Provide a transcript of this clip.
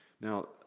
Now